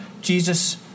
Jesus